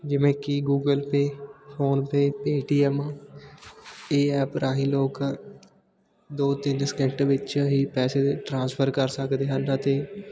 ਜਿਵੇਂ ਕਿ Google Pay PhonePe Paytm ਇਹ ਐਪ ਰਾਹੀਂ ਲੋਕ ਦੋ ਤਿੰਨ ਸਕਿੰਟ ਵਿੱਚ ਹੀ ਪੈਸੇ ਦੇ ਟ੍ਰਾਂਸਫਰ ਕਰ ਸਕਦੇ ਹਨ ਅਤੇ